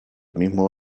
mismo